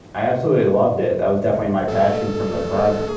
i absolutely loved it. that was definitely my passion from the front.